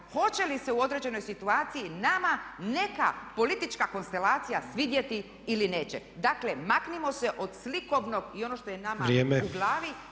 hoće li se u određenoj situaciji nama neka politička konstelacija svidjeti ili neće. Dakle, maknimo se od slikovnog i ono što je nama u glavi